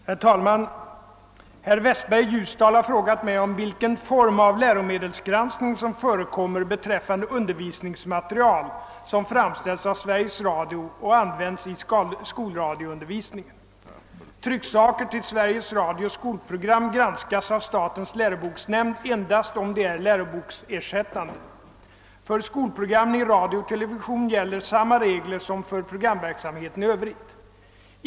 Herr talman! Herr Westberg i Ljusdal har frågat mig om vilken form av läromedelsgranskning som förekommer beträffande undervisningsmateriel som framställs av Sveriges Radio och används i skolradioundervisningen. Trycksaker till Sveriges Radios skolprogram granskas av statens läroboksnämnd endast om de är läroboksersättande. levision gäller samma regler som för programverksamheten i övrigt.